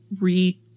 re